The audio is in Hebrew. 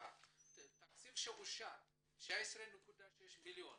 שאושר 19.6 מיליון